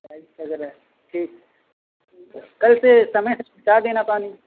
price नगर है ठीक कल से समय से पहुँचा देना पानी